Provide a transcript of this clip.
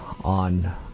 on